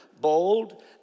bold